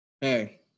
hey